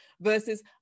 versus